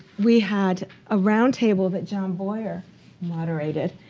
we had a roundtable that john boyer moderated.